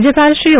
રાજ્યપાલશ્રી ઓ